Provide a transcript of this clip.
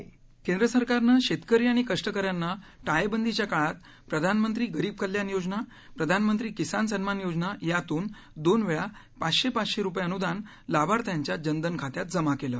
पोस्टातन अनदान लातर केंद्र सरकारनं शेतकरी आणि कष्टकऱ्यांना टाळेबंदीच्या काळात प्रधानमंत्री गरीब कल्याण योजना प्रधानमंत्री किसान सन्मान योजना यातून दोन वेळा पाचशे पाचशे रूपये अनुदान लाभार्थ्यांच्या जनधन खात्यात जमा केल